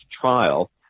trial